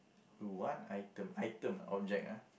one item item object ah